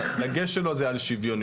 הדגש שלו הוא על שוויוניות.